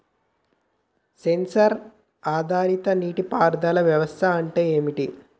Censor ఆధారిత నీటి పారుదల వ్యవస్థ అంటే ఏమిటి?